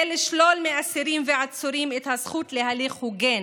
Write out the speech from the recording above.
לשלול מאסירים ועצורים את הזכות להליך הוגן,